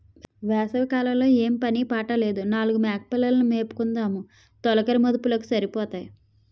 వేసవి లో ఏం పని పాట లేదు నాలుగు మేకపిల్లలు ను మేపుకుందుము తొలకరి మదుపులకు సరిపోతాయి